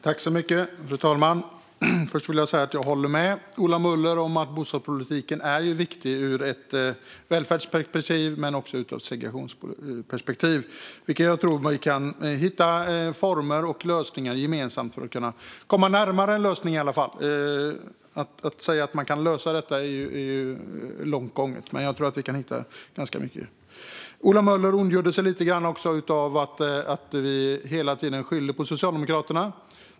Fru talman! Jag håller med Ola Möller om att bostadspolitiken är viktig ur både ett välfärdsperspektiv och ett segregationsperspektiv, och jag tror att vi gemensamt kan hitta former för att komma närmare en lösning. Att säga att man kan lösa detta är kanske att gå för långt. Ola Möller ondgjorde sig över att vi hela tiden skyller på Socialdemokraterna.